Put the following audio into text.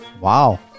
Wow